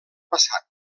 passat